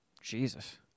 Jesus